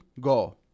go